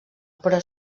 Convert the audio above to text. però